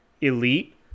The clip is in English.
elite